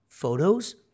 Photos